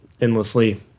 endlessly